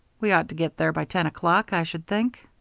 we ought to get there by ten o'clock, i should think.